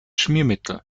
schmiermittel